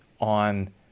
on